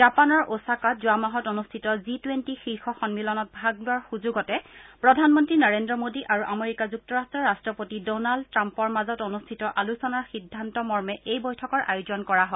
জাপানৰ ওছাকাত যোৱা মাহত অনুষ্ঠিত জি টুৱেণ্টি শীৰ্ষ সন্মিলনত ভাগ লোৱাৰ সুযোগতে প্ৰধানমন্ত্ৰী নৰেন্দ্ৰ মোদী আৰু আমেৰিকা যুক্তৰাট্টৰ ৰাট্টপতি ডনাল্ড ট্ৰাম্পৰ মাজত অনুষ্ঠিত আলোচনাৰ সিদ্ধান্ত মৰ্মে এই বৈঠকৰ আয়োজন কৰা হয়